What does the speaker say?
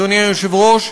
אדוני היושב-ראש,